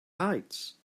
heights